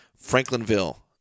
Franklinville